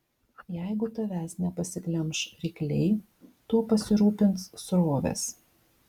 jeigu tavęs nepasiglemš rykliai tuo pasirūpins srovės